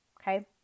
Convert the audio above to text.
Okay